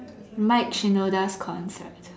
Mike Shinoda's concert